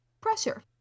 pressure